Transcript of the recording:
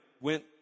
went